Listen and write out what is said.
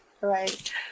right